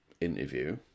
interview